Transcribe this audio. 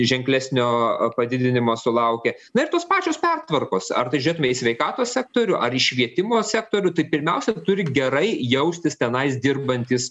ženklesnio padidinimo sulaukė na ir tos pačios pertvarkos ar tai žiūrėtume į sveikatos sektorių ar į švietimo sektorių tai pirmiausia turi gerai jaustis tenais dirbantys